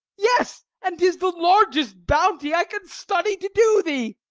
yes, and tis the largest bounty i can study to do thee.